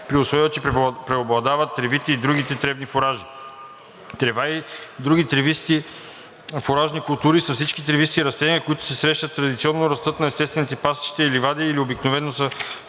при условие че преобладават тревите и другите тревни фуражи. Трева и други тревисти фуражни култури са всички тревисти растения, които се срещат традиционно, растат на естествените пасища и ливади или обикновено са включени